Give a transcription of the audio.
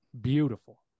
beautiful